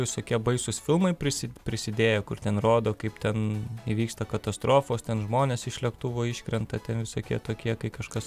visokie baisūs filmai prisi prisidėję kur ten rodo kaip ten įvyksta katastrofos ten žmonės iš lėktuvo iškrenta ten visokie tokie kai kažkas